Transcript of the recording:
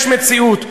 יש מציאות.